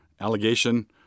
allegation